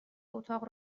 اتاق